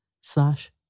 slash